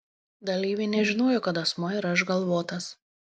dalyviai nežinojo kad asmuo yra išgalvotas